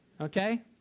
Okay